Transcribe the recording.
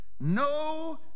No